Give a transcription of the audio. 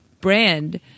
brand